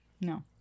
No